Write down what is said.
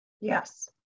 Yes